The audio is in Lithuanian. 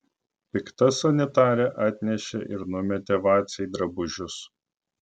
pikta sanitarė atnešė ir numetė vacei drabužius